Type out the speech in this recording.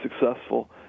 successful